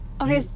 Okay